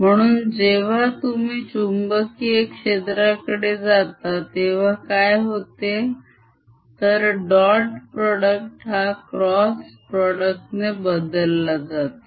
म्हणून जेव्हा तुम्ही चुंबकीय क्षेत्राकडे जाता तेव्हा काय होतेय तर dot product हा cross product ने बदलला जातो